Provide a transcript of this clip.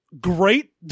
great